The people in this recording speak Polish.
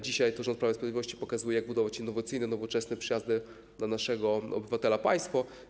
Dzisiaj rząd Prawa i Sprawiedliwości pokazuje, jak budować innowacyjne, nowoczesne, przyjazne dla naszego obywatela państwo.